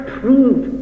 prove